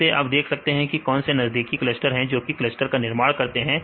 इससे आप देख सकते हैं कि कौन से नजदीकी क्लस्टर हैं जोकि एक क्लस्टर का निर्माण कर सकते हैं